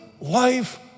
life